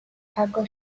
cargo